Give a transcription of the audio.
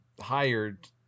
hired